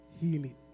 healing